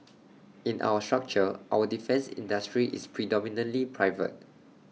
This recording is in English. in our structure our defence industry is predominantly private